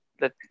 let